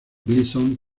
gleason